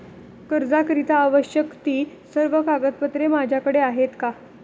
कर्जाकरीता आवश्यक ति सर्व कागदपत्रे माझ्याकडे आहेत का?